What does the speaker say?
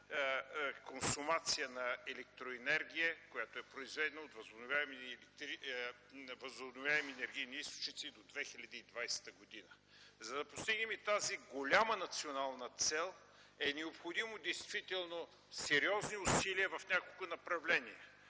консумация на електроенергия, произведена от възобновяеми енергийни източници до 2020 г. За да постигнем тази голяма национална цел, са необходими действително сериозни сили в няколко направления